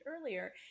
earlier